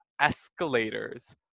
escalators